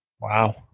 wow